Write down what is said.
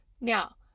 Now